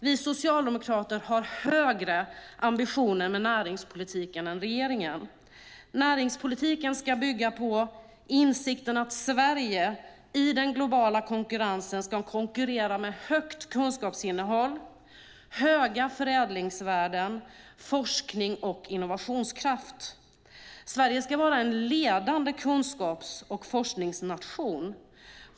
Vi socialdemokrater har högre ambitioner med näringspolitiken än regeringen. Näringspolitiken ska bygga på insikten att Sverige i den globala konkurrensen ska konkurrera med högt kunskapsinnehåll, höga förädlingsvärden, forskning och innovationskraft. Sverige ska vara en ledande kunskaps och forskningsnation.